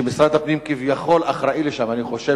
שמשרד הפנים כביכול אחראי שם אני חושב